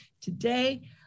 today